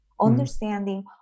Understanding